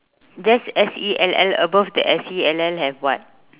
that's S E L L above the S E L L have what